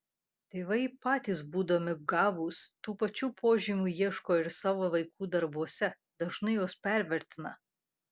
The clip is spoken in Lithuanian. tėvai patys būdami gabūs tų pačių požymių ieško ir savo vaikų darbuose dažnai juos pervertina